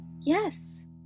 Yes